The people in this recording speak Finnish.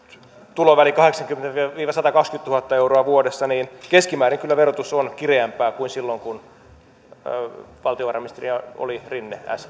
tulovälillä kahdeksankymmentätuhatta viiva satakaksikymmentätuhatta euroa vuodessa niin keskimäärin kyllä verotus on kireämpää kuin silloin kun valtiovarainministerinä oli rinne